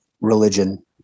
religion